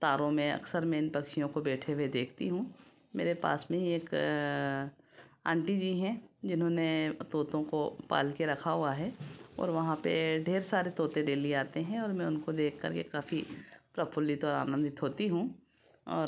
तारों में अक्सर मैं इन पक्षियों को बैठे हुए देखती हूँ मेरे पास में एक आंटी जी हैं जिन्होंने तोतों को पाल के रखा हुआ है और वहाँ पर ढेर सारे तोते डेली आते हैं और मैं उनको देखकर के काफी प्रफुल्लित और आनंदित होती हूँ और